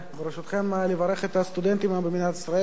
ברשותכם, לברך את הסטודנטים במדינת ישראל.